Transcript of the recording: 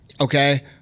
okay